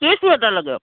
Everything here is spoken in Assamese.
কি চুৱেটাৰ লাগে